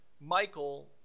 Michael